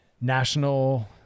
national